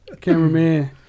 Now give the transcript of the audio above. Cameraman